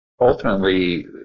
ultimately